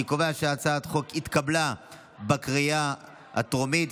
אני קובע כי הצעת החוק התקבלה בקריאה הטרומית,